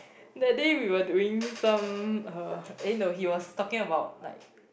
that day we were doing some uh no he was talking about like